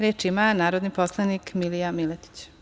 Reč ima narodni poslanik Milija Miletić.